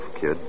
kid